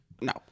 No